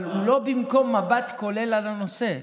אבל לא במקום מבט כולל על הנושא,